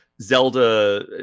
Zelda